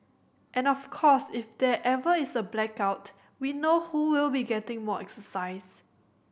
and of course if there ever is a blackout we know who will be getting more exercise